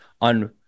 on